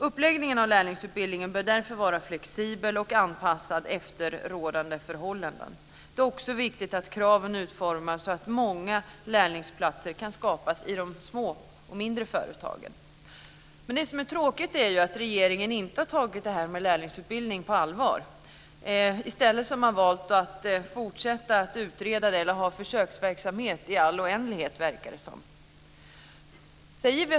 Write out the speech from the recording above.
Uppläggningen av lärlingsutbildningen bör därför vara flexibel och anpassad efter rådande förhållanden. Det är också viktigt att kraven är utformade så att många lärlingsplatser kan skapas i de små och mindre företagen. Det är tråkigt att regeringen inte har tagit förslaget om lärlingsutbildning på allvar. Man har i stället valt att fortsätta att utreda det och att ha en försöksverksamhet som verkar pågå i all oändlighet.